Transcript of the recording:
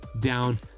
down